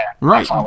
Right